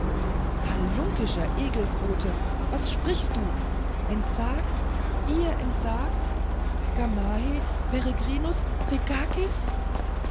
halunkischer egelsbote was sprichst du entsagt ihr entsagt